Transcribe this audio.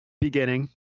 beginning